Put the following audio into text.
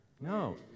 No